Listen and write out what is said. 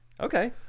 Okay